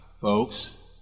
Folks